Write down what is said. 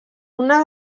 una